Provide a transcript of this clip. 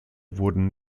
wurden